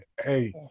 Hey